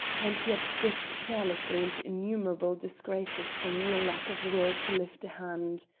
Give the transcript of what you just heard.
and yet drift carelessly into innumerable disgraces for mere lack of will to lift a hand.